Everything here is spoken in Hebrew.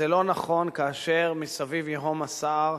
זה לא נכון כאשר מסביב ייהום הסער,